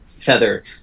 Feather